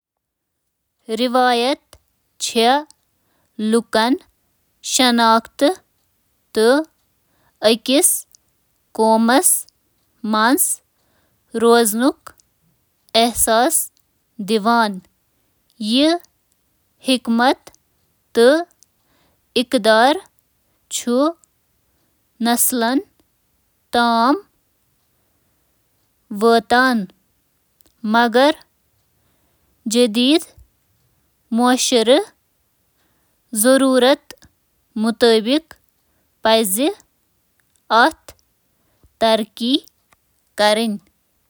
روایت چھِ آزٲدی، عقیدہ، دیانت، اصل تعلیم، ذٲتی ذمہٕ دٲری، اکھ مضبوٗط کامہِ ہٕنٛز اخلاقیات، تہٕ بے لوث روزنٕچ قدر ہِشن اقدارن مضبوٗط کران۔